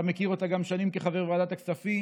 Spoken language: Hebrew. אתה מכיר אותה שנים כחבר ועדת הכספים,